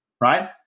right